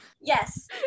Yes